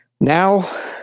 Now